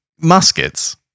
muskets